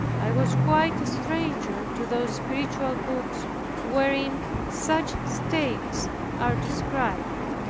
i was quite a stranger to those spiritual books wherein such states are described.